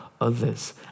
others